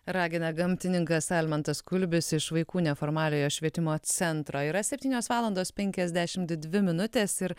ragina gamtininkas almantas kulbis iš vaikų neformaliojo švietimo centro yra septynios valandos penkiasdešimt dvi minutės ir